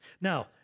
Now